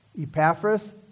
Epaphras